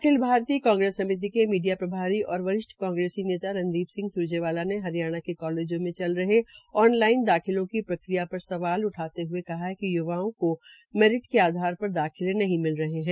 अखिल भारतीय कांग्रेस समिति के मीडिया प्रभारी और वरिष्ठ कांग्रेसी नेता रणदीप सिंह स्रजेवाला ने हरियाणा के कालेजो मे चल रहे ऑन लाइन दाखिलों की प्रक्रिया पर सवाल उठाते हये कहा है कि य्वाओं को मेरिट के आधार पर दाखिले नहीं मिल रहे है